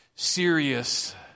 Serious